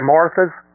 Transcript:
Martha's